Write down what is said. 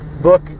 book